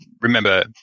remember